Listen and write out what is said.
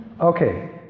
Okay